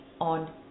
on